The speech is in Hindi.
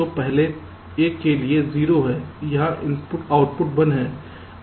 तो पहले एक के लिए 0 है यहाँ आउटपुट 1 है